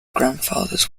grandfathers